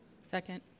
Second